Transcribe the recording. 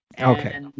Okay